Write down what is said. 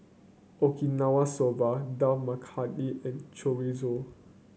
Okinawa Soba Dal Makhani and Chorizo